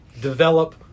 develop